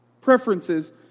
preferences